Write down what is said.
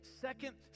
Second